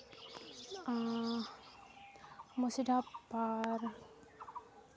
ᱟᱨ ᱢᱚᱥᱤᱰᱟᱯ ᱯᱟᱨᱠ